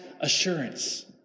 assurance